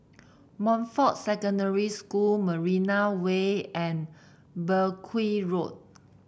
Montfort Secondary School Marina Way and Mergui Road